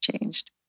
changed